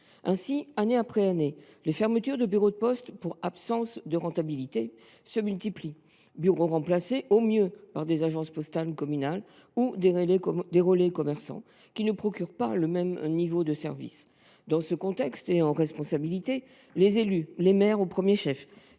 Ainsi, année après année, les fermetures de bureaux de poste pour « absence de rentabilité » se multiplient. Ces bureaux sont remplacés, au mieux, par des agences postales communales (LPAC) ou des relais commerçants (LPRC), qui ne procurent pas le même niveau de services. Dans ce contexte et en responsabilité, les élus – les maires au premier chef